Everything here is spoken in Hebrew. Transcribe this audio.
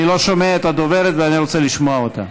אני לא שומע את הדוברת ואני רוצה לשמוע אותה.